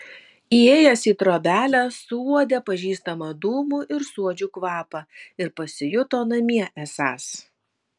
įėjęs į trobelę suuodė pažįstamą dūmų ir suodžių kvapą ir pasijuto namie esąs